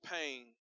pain